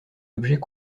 objet